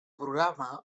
programa